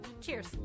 Cheers